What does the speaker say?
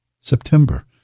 September